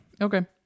Okay